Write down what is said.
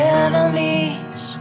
enemies